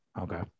Okay